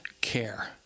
care